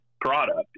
product